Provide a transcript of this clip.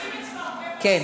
כן.